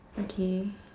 okay